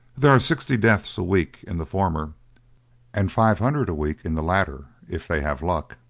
there are sixty deaths a week in the former and five hundred a week in the latter if they have luck.